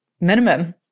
minimum